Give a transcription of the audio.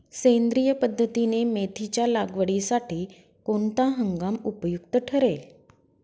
सेंद्रिय पद्धतीने मेथीच्या लागवडीसाठी कोणता हंगाम उपयुक्त ठरेल?